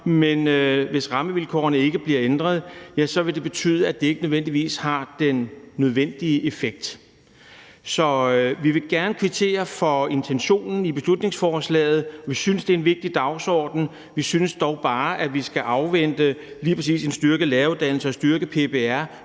men hvis rammevilkårene ikke bliver ændret, vil det betyde, at det ikke nødvendigvis har den nødvendige effekt. Så vi vil gerne kvittere for intentionen i beslutningsforslaget. Vi synes, det er en vigtig dagsorden, men vi synes bare, at vi skal afvente at få set på, hvordan vi får styrket læreruddannelsen og PPR,